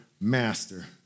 master